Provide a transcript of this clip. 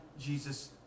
Jesus